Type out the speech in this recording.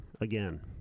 again